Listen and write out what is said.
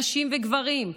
נשים וגברים,